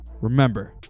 remember